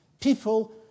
people